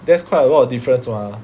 that's quite a lot of difference [what]